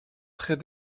très